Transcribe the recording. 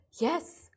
Yes